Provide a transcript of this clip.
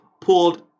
pulled